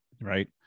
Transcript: Right